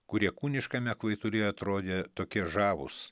kurie kūniškame kvaitulyje atrodė tokie žavūs